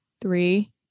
three